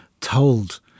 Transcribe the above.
told